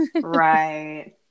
Right